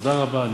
תודה רבה.